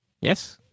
Yes